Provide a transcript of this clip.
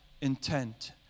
intent